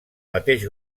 mateix